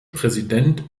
präsident